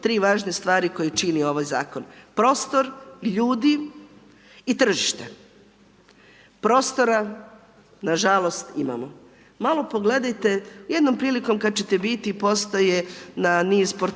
3 važne stvari koje čini ovaj zakon, prostor, ljudi i tržište. Prostora nažalost imamo. Malo pogledajte, jednom prilike kada ćete biti, postoje na niz portala,